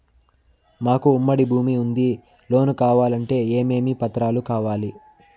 మాకు ఉమ్మడి భూమి ఉంది లోను కావాలంటే ఏమేమి పత్రాలు కావాలి?